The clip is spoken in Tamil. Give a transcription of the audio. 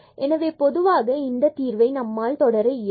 எனவே பொதுவாக இந்த தீர்வை நாம் தொடர இயலும்